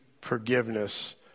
forgiveness